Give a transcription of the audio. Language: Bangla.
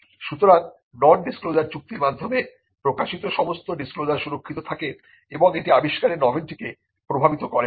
সুতরাং নন ডিসক্লোজার চুক্তির মাধ্যমে প্রকাশিত সমস্ত ডিসক্লোজার সুরক্ষিত থাকে এবং এটি আবিষ্কারের নভেলটিকে প্রভাবিত করে না